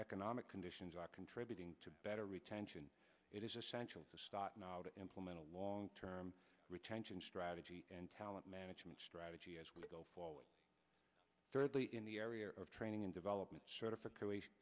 economic conditions are contributing to better retention it is essential to start now to implement a long term retention strategy and talent management strategy as we go forward thirdly in the area of training and development certification